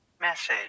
message